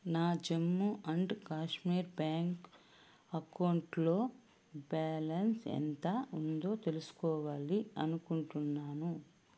నా Jammu and Kashmir bank అకౌంట్లో balance ఎంత ఉందో తెలుసుకోవాలి అనుకుంటున్నాను